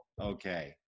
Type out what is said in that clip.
okay